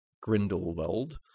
Grindelwald